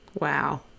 Wow